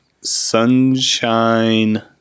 sunshine